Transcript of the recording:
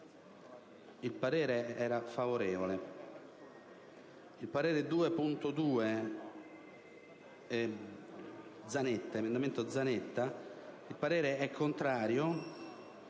il parere è contrario.